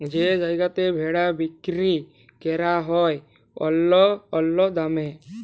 যেই জায়গাতে ভেড়া বিক্কিরি ক্যরা হ্যয় অল্য অল্য দামে